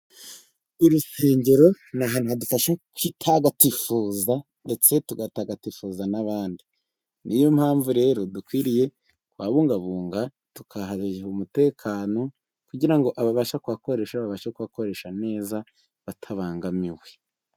Urusengero ni ahantu hadufasha kudutagatifuza, ndetse tugatagatifuza n'abandi. Niyo mpamvu rero dukwiriye kubungabunga, tukaruha umutekano, kugira ngo babashe kuwukoresha neza, batabangamiwe.